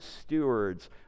stewards